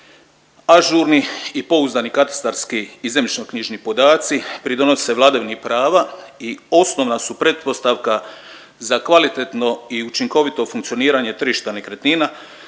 Ažurni i pouzdani katastarski i zemljišnoknjižni podaci pridonose vladavini prava i osnovna su pretpostavka za kvalitetno i učinkovito funkcioniranje tržišta nekretnina